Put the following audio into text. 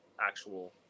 actual